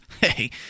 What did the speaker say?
hey